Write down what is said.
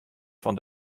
fan